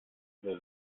wer